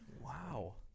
Wow